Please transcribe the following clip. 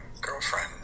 girlfriend